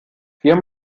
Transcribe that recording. vier